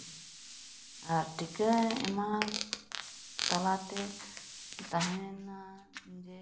ᱟᱨ ᱴᱤᱠᱟᱹ ᱮᱢᱟᱠᱚ ᱛᱟᱞᱟ ᱛᱮ ᱛᱟᱦᱮᱱᱟ ᱡᱮ